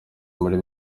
muri